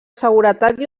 seguretat